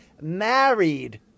married